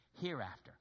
hereafter